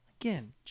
again